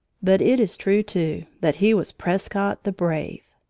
but it is true, too, that he was prescott, the brave!